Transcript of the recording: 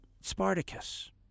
Spartacus